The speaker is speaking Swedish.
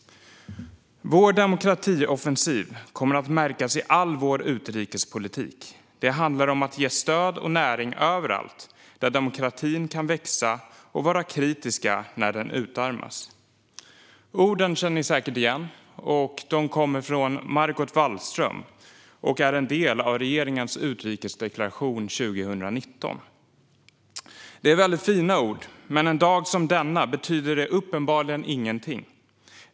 "Vår demokratioffensiv kommer att märkas i all vår utrikespolitik. Det handlar om att ge stöd och näring överallt där demokratin kan växa och vara kritiska när den utarmas." Ni känner säkert igen orden. De kommer från Margot Wallström och är en del av regeringens utrikesdeklaration 2019. Det är fina ord, men en dag som denna betyder de uppenbarligen ingenting.